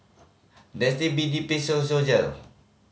Dentiste B D Physiogel